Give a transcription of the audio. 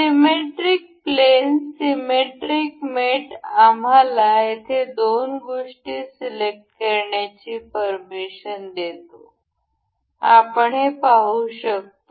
symmetric plane symmetric mate आम्हाला येथे दोन गोष्टी सिलेक्ट करण्याची परमिशन देतो आपण हे पाहू शकतो